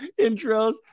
intros